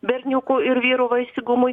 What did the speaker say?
berniukų ir vyrų vaisingumui